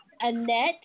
Annette